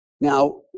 Now